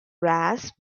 rasp